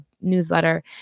newsletter